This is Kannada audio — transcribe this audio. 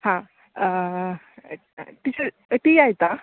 ಹಾಂ ಟೀಚರ್ ಟೀ ಆಯಿತಾ